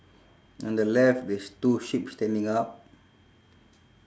on the left there's two sheep standing up